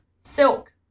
Silk